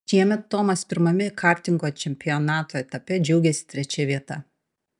šiemet tomas pirmame kartingo čempionato etape džiaugėsi trečia vieta